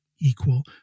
equal